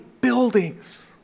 Buildings